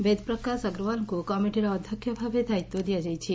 ବେଦପ୍ରକାଶ ଅଗ୍ରଓ୍ୱାଲ କମିଟିର ଅଧ୍ଧକ୍ଷ ଭାବେ ଦାୟିତ୍ୱ ଦିଆଯାଇଛି